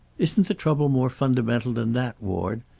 isn't the trouble more fundamental than that, ward?